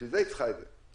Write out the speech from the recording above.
בשביל זה היא צריכה את זה.